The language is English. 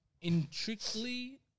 intricately